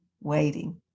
waiting